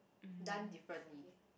done differently